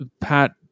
Pat